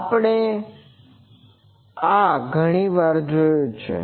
આ આપણે ઘણી વાર જોયું છે